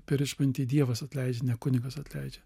per išpažintį dievas atleidžia kunigas atleidžia